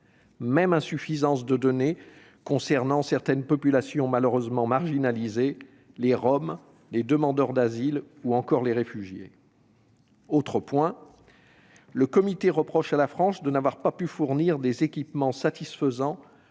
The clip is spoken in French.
insuffisantes pour certaines populations malheureusement marginalisées : les Roms, les demandeurs d'asile ou encore les réfugiés. Autre point : le Comité reproche à la France de n'avoir pas pu fournir des équipements satisfaisants